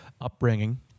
upbringing